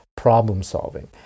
problem-solving